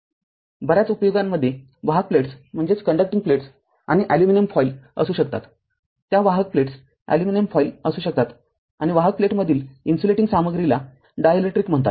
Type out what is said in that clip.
बऱ्याच उपयोगांमध्ये वाहक प्लेट्स अॅल्युमिनियम फॉइल असू शकतात त्या वाहक प्लेट्स अॅल्युमिनियम फॉइल असू शकतात आणि वाहक प्लेट्स मधील इन्सुलेटिंग सामग्रीला डायलेक्ट्रिक म्हणतात